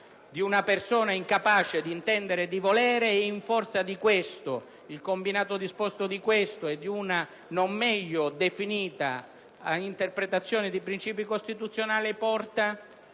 di una persona incapace di intendere e di volere e che, in forza del combinato disposto di questo principio e di una non meglio definita interpretazione dei princìpi costituzionali,